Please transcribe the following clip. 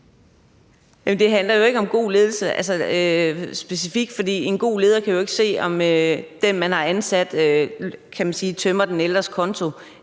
Det handler ikke om god ledelse specifikt, for en god leder kan jo ikke se, om den, man har ansat, tømmer den ældres konto.